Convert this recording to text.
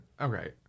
Okay